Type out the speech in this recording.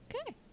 Okay